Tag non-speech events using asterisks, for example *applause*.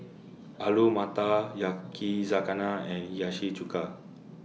*noise* Alu Matar Yakizakana and Hiyashi Chuka